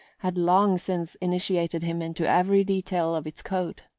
had long since initiated him into every detail of its code.